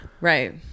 Right